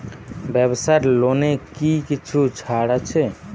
ব্যাবসার লোনে কি কিছু ছাড় আছে?